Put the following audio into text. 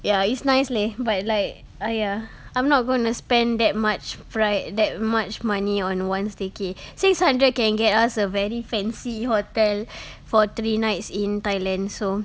ya it's nice leh but like !aiya! I'm not gonna spend that much fri~ that much money on one staycay six hundred can get us a very fancy hotel for three nights in thailand so